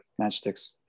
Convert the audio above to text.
matchsticks